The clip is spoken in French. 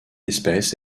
espèce